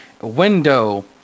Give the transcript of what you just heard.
window